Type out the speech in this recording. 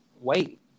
wait